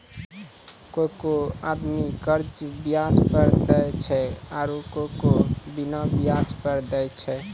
कोय कोय आदमी कर्जा बियाज पर देय छै आरू कोय कोय बिना बियाज पर देय छै